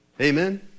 Amen